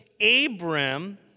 Abram